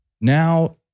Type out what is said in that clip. now